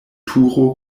turo